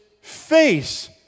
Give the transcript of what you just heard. face